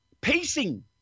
pacing